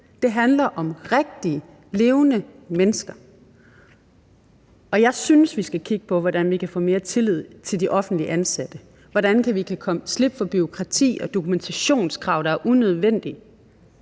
Det handler om rigtige levende mennesker. Og jeg synes, vi skal kigge på, hvordan vi kan få mere tillid til de offentligt ansatte, hvordan vi kan slippe for bureaukrati og dokumentationskrav, der er unødvendige.